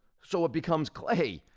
so it becomes clay,